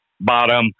Bottom